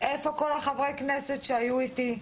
איפה כל חברי הכנסת שהיו איתי?